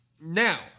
Now